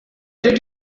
did